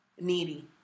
needy